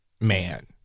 man